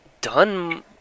done